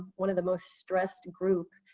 one of the most stressed group,